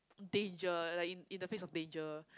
danger like in in the midst of danger